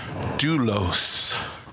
Doulos